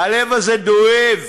הלב הזה דואב.